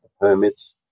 permits